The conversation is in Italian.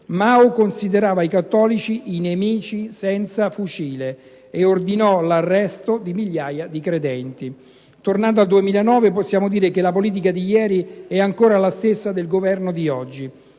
Mao considerava i cattolici "i nemici senza fucile" e ordinò l'arresto di migliaia di credenti. Tornando al 2009, possiamo dire che la politica di ieri è ancora la stessa del Governo di oggi.